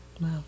Wow